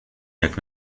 merkt